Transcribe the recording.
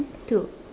two